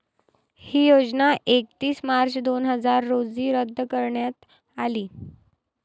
ही योजना एकतीस मार्च दोन हजार रोजी रद्द करण्यात आली